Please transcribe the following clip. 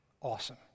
Awesome